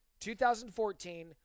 2014